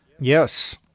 yes